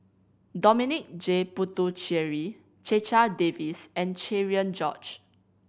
Dominic J Puthucheary Checha Davies and Cherian George